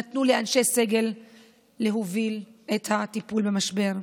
נתנו לאנשי סגל להוביל את הטיפול במשבר.